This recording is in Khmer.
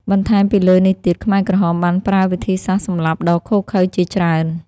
បន្ថែមពីលើនេះទៀតខ្មែរក្រហមបានប្រើវិធីសាស្ត្រសម្លាប់ដ៏ឃោរឃៅជាច្រើន។